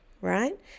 right